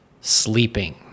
sleeping